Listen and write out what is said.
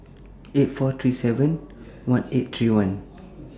eight four three seven one eight three one